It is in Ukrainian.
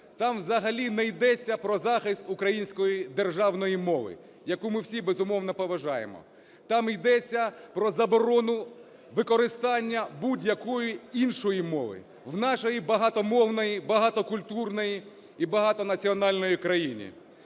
Там взагалі не йдеться про захист української державної мови, яку ми всі безумовно поважаємо. Там ідеться про заборону використання будь-якої іншої мови в нашій багатомовній, багатокультурній і багатонаціональній країні.